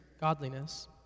godliness